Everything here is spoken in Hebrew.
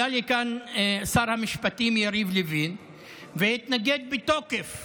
עלה לכאן שר המשפטים יריב לוין והתנגד בתוקף